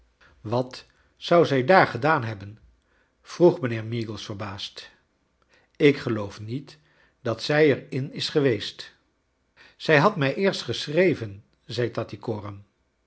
wat zou zij daar gedaan hebben vroeg mijnheer meagles verbaasd ik geloof niet dat zij er in is geweest zij had mij eerst geschreven zei